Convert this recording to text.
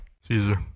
Caesar